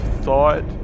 thought